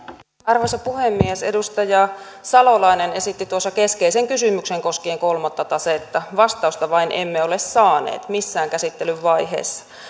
arvoisa puhemies edustaja salolainen esitti keskeisen kysymyksen koskien kolmatta tasetta vastausta vain emme ole saaneet missään käsittelyn vaiheessa